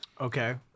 Okay